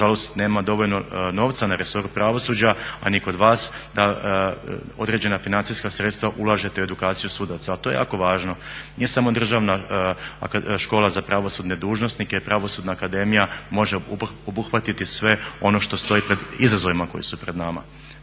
nažalost nema dovoljno novca na resoru pravosuđa a ni kod vas da određena financijska sredstva ulažete u edukaciju sudaca. Ali to je jako važno. Nije samo državna škola za pravosudne dužnosnike i pravosudna akademija može obuhvatiti sve ono što stoji pred izazovima koji su pred nama.